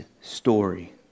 story